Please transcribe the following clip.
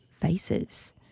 faces